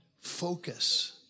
focus